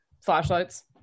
flashlights